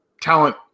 talent